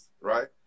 right